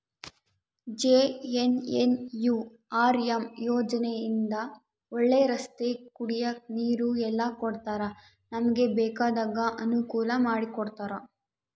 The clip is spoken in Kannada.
ಜೆ.ಎನ್.ಎನ್.ಯು.ಆರ್.ಎಮ್ ಯೋಜನೆ ಇಂದ ಒಳ್ಳೆ ರಸ್ತೆ ಕುಡಿಯಕ್ ನೀರು ಎಲ್ಲ ಕೊಡ್ತಾರ ನಮ್ಗೆ ಬೇಕಾದ ಅನುಕೂಲ ಮಾಡಿಕೊಡ್ತರ